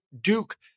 Duke